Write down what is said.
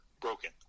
broken